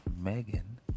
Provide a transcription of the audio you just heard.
Megan